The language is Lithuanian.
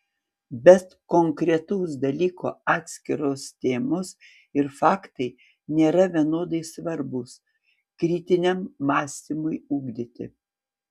bet konkretaus dalyko atskiros temos ir faktai nėra vienodai svarbūs kritiniam mąstymui ugdyti